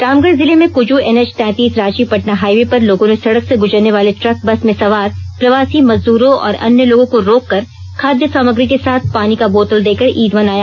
रामगढ़ जिले में कुजू एनएच तैंतीस रांची पटना हाइवे पर लोगों ने सड़क से गुजरने वाले ट्रक बस में सवार प्रवासी मजदूरों और अन्य लोगों को रोककर खाद्य सामग्री के साथ पानी का बोतल देकर ईद मनाया